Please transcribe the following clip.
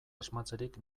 asmatzerik